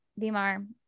Vimar